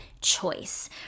choice